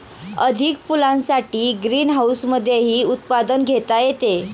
अधिक फुलांसाठी ग्रीनहाऊसमधेही उत्पादन घेता येते